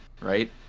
right